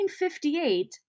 1958